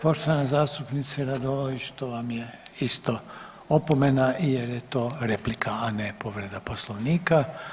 Poštovana zastupnice Radolović to vam je isto opomena jer je to replika, a ne povreda Poslovnika.